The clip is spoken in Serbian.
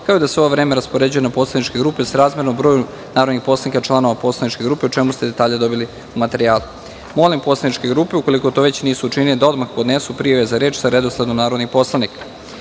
kao i da se ovo vreme raspoređuje na poslaničke grupe srazmerno broju narodnih poslanika članova poslaničke grupe, o čemu ste detalje dobili u materijalu. Molim poslaničke grupe ukoliko to već nisu učinile da odmah podnesu prijave za reč sa redosledom narodnih poslanika. Saglasno